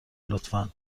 لطفا